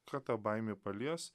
ką ta baimė palies